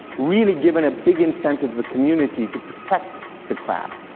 really given a big incentive to the community to protect the crab.